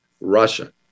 Russia